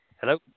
Hello